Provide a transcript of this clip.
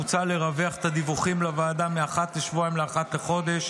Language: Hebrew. מוצע לרווח את הדיווחים לוועדה מאחת לשבועיים לאחת לחודש.